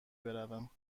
بروم